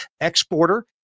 exporter